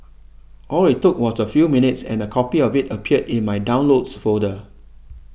all it took was a few minutes and a copy of it appeared in my downloads folder